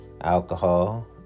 alcohol